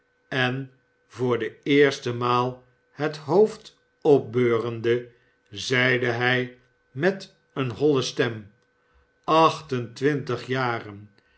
en voor de eerste maal het hoofd opbeurende zeide hij met eene nolle stem acht en twintig jaren